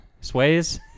sways